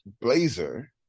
blazer